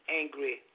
angry